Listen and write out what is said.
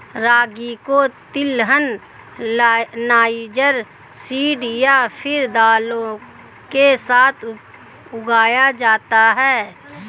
रागी को तिलहन, niger seed या फिर दालों के साथ उगाया जाता है